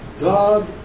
God